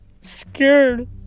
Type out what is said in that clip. Scared